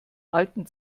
alten